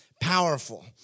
powerful